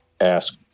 ask